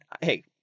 hey